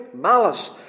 malice